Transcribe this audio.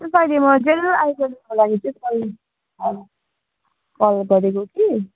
त्यसैले म चाहिँ आइडियाको लागि चाहिँ कल कल गरेको कि